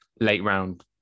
late-round